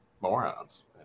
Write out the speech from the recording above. morons